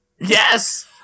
Yes